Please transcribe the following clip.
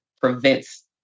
prevents